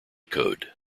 code